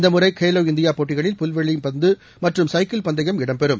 இந்த முறை கேலோ இந்தியா போட்டிகளில் புல்வெளி பந்து மற்றும் சைக்கிள் பந்தயம் இடம் பெறும்